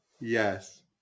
Yes